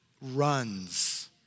runs